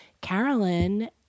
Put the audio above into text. Carolyn